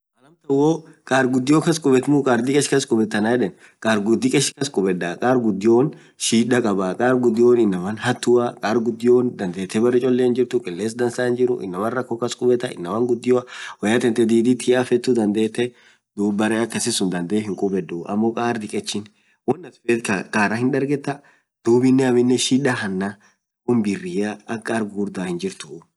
hoo kaar gudioo kass kubeet muu kaar dikech kas kubetaa anan yedeen karr dikech kass kubedaa edaan .kaar gudio kiless hinjiruu woyya tee didit hiiafetuu dandetee duub baree akasii suun dandee kass hinkubeduu kaar dikech woan atin feet hindargetaa, shida hanaa woan birii hinkabduu.